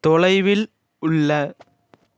தொலைவில் உள்ள